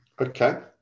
Okay